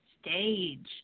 stage